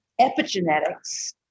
Epigenetics